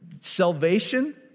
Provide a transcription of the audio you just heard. Salvation